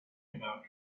about